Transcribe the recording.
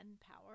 power